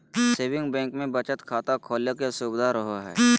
saving bank मे बचत खाता खोले के सुविधा रहो हय